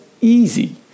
easy